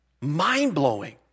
Mind-blowing